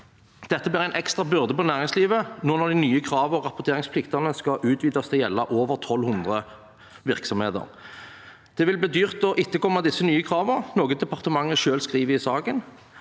Det blir en ekstra byrde på næringslivet nå når de nye kravene og rapporteringsplikten skal utvides til å gjelde over 1 200 virksomheter. Det vil bli dyrt å etterkomme disse nye kravene, noe departementet selv skriver i saken.